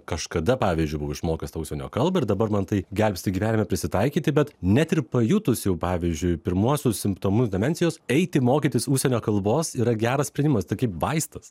kažkada pavyzdžiui buvau išmokęs tą užsienio kalbą ir dabar man tai gelbsti gyvenime prisitaikyti bet net ir pajutus jau pavyzdžiui pirmuosius simptomus demencijos eiti mokytis užsienio kalbos yra geras sprendimas tai kaip vaistas